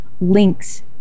links